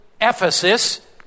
Ephesus